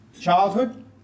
childhood